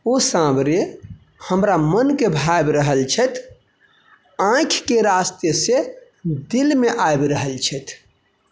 ओ साँवरे हमरा मनके भाबि रहल छथि आँखिके रास्तासँ दिलमे आबि रहल छथि